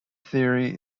theory